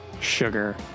sugar